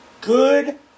Good